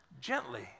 Gently